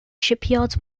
shipyards